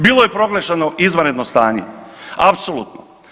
Bilo je proglašeno izvanredno stanje apsolutno.